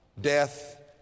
death